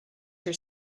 your